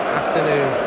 afternoon